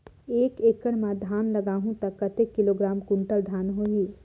एक एकड़ मां धान लगाहु ता कतेक किलोग्राम कुंटल धान होही?